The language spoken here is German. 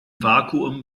vakuum